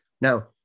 now